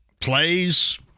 plays